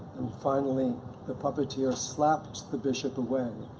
and finally the puppeteer slapped the bishop away.